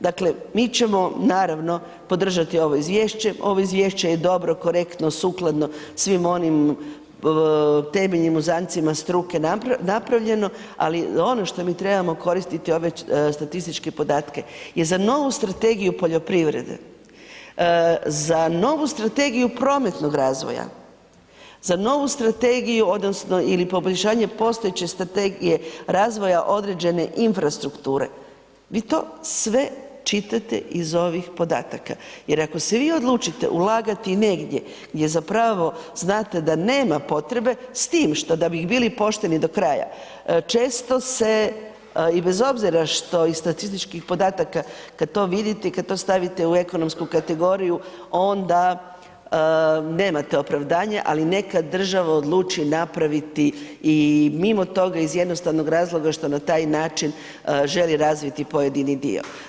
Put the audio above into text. Dakle, mi ćemo naravno podržati ovo Izvješće, ovo Izvješće je dobro, korektno, sukladno svim onim temeljnim uzancima struke napravljeno, ali ono što mi trebamo koristiti ove statističke podatke je za novu strategiju poljoprivrede, za novu strategiju prometnog razvoja, za novu strategiju odnosno ili poboljšanje postojeće strategije razvoja određene infrastrukture, vi to sve čitate iz ovih podataka, jer ako se vi odlučite ulagati negdje gdje zapravo znate da nema potrebe, s tim što da bi bili pošteni do kraja, često se i bez obzira što iz statističkih podataka kad to vidite i kad to stavite u ekonomsku kategoriju, onda nemate opravdanje, ali neka država odluči napraviti i mimo toga iz jednostavnog razloga što na taj način želi razviti pojedini dio.